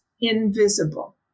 invisible